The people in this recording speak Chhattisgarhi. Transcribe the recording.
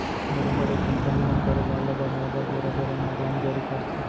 बड़े बड़े कंपनी मन कारोबार ल बढ़ाय बर बेरा बेरा म बांड जारी करथे